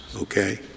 okay